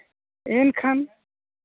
ᱮᱱᱠᱷᱟᱱ